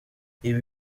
ibi